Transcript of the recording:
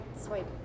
swipe